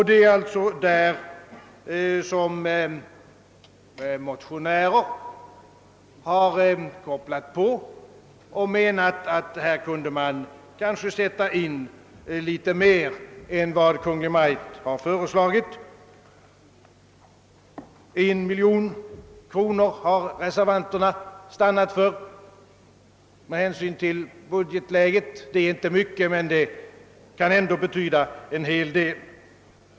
Det är alltså på denna punkt motionärer ansett, att man kanske kunde satsa litet mer än vad Kungl. Maj:t föreslagit. Reservanterna har med hänsyn till budgetläget stannat för 1 miljon kronor. Det är inte mycket men kan ändå betyda en hel del.